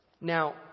Now